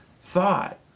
thought